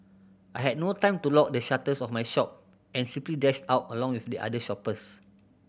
I had no time to lock the shutters of my shop and simply dashed out along with the other shoppers